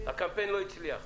הקמפיין לא הצליח,